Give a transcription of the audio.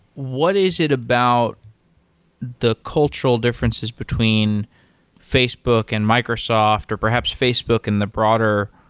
what is it about the cultural differences between facebook and microsoft, or perhaps facebook and the broader